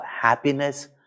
happiness